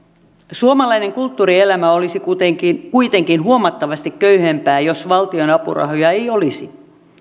suomalainen kulttuurielämä olisi kuitenkin kuitenkin huomattavasti köyhempää jos valtion apurahoja ei olisi